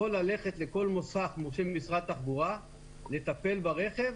ללכת לכל מוסך מורשה ממשרד התחבורה לטפל ברכב,